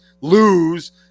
lose